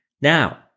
Now